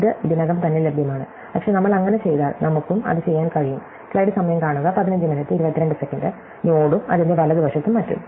ഇത് ഇതിനകം തന്നെ ലഭ്യമാണ് പക്ഷേ നമ്മൾ അങ്ങനെ ചെയ്താൽ നമുക്കും അത് ചെയ്യാൻ കഴിയും സമയം കാണുക 1522 നോഡും അതിന്റെ വലതുവശത്തും മറ്റും